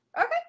Okay